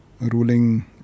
ruling